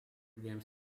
games